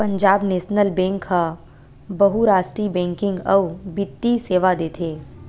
Punjab national bank ह बहुरास्टीय banking अउ बित्तीय सेवा देथे